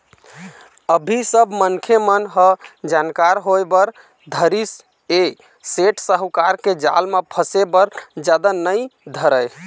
अभी सब मनखे मन ह जानकार होय बर धरिस ऐ सेठ साहूकार के जाल म फसे बर जादा नइ धरय